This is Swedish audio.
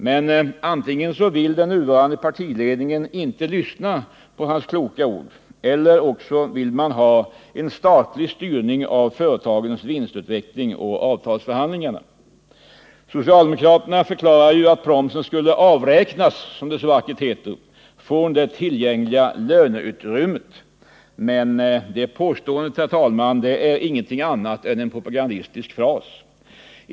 Men antingen vill den nuvarande partiledningen inte lyssna på hans kloka ord, eller också vill man ha en statlig styrning av företagens vinstutveckling och av avtalsförhandlingarna. Socialdemokraterna förklarar ju att promsen skulle avräknas, som det så vackert heter, från det tillgängliga löneutrymmet. Men det påståendet, herr talman, är ju ingenting annat än en propagandistisk fras.